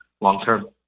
long-term